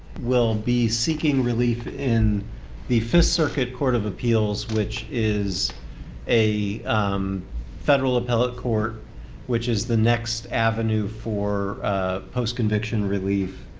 will be seeking relief in the fifth circuit court of appeals which is a federal appellate court which is the next avenue for post-conviction relief.